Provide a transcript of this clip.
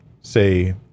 say